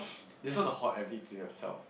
they just want to hoard everything to themself